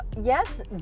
Yes